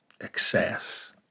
excess